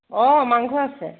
অঁ মাংস আছে